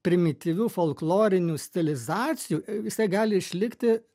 primityvių folklorinių stilizacijų jisai gali išlikti